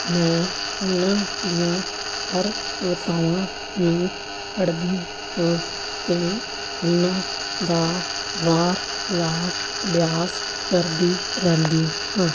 ਮੈਂ ਉਹਨਾਂ ਦੀਆਂ ਹਰ ਕਵਿਤਾਵਾਂ ਨੂੰ ਪੜ੍ਹਦੀ ਹਾਂ ਅਤੇ ਉਹਨਾ ਦਾ ਵਾਰ ਵਾਰ ਅਭਿਆਸ ਕਰਦੀ ਰਹਿੰਦੀ ਹਾਂ